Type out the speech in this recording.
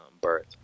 birth